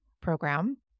program